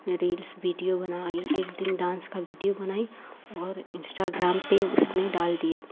reels video बनाई एक दिन डांस का वीडियो बनाई और इंस्टाग्राम पर उसने डाल दिया